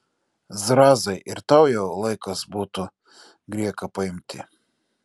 zrazai ir tau jau laikas būtų grieką paimti